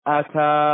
ata